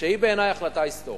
שהיא בעיני החלטה היסטורית: